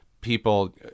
people